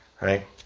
Right